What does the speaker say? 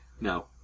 No